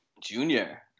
Junior